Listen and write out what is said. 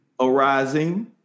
Arising